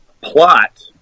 Plot